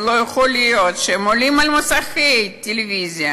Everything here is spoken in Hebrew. ולא יכול להיות שהם עולים וממסכי הטלוויזיה